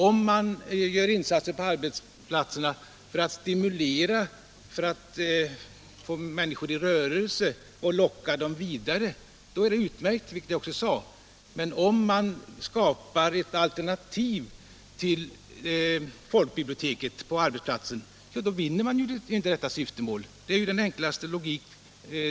Om man gör insatser på arbetsplatserna för att stimulera människorna, få dem i rörelse och locka dem vidare, så är det utmärkt, vilket jag också sade tidigare. Men om man skapar ett alternativ till folkbiblioteket på arbetsplatsen, så vinner man ju inte detta syfte. Det säger den enklaste logik.